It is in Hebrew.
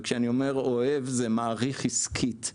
וכשאני אומר "אוהב" זה מעריך עסקית,